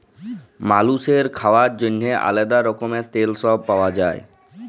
মালুসের খাওয়ার জন্যেহে আলাদা রকমের তেল সব পাওয়া যায়